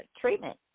treatment